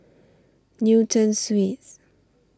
Newton Suites